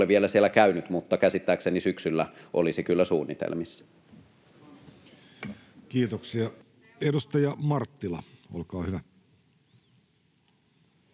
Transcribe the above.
ole vielä siellä käynyt, mutta käsittääkseni syksyllä olisi kyllä suunnitelmissa. [Onni Rostila: Hyvä,